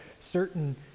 certain